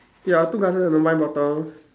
ya two glasses and a wine bottle